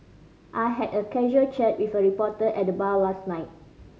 I had a casual chat with a reporter at the bar last night